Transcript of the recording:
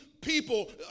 people